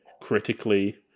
critically